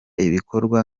ibikorwa